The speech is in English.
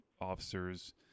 officers